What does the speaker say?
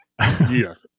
Yes